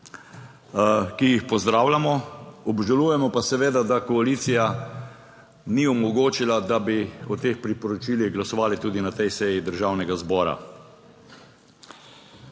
ki jih pozdravljamo. Obžalujemo pa seveda, da koalicija ni omogočila, da bi o teh priporočilih glasovali tudi na tej seji Državnega zbora.